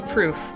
Proof